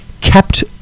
kept